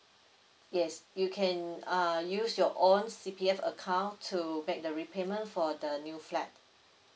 yes you can uh use your own C_P_F account to make the repayment for the new flat